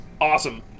awesome